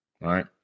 Right